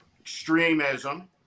extremism